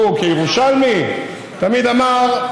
שהוא כירושלמי תמיד אמר: